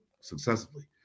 successively